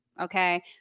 Okay